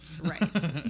Right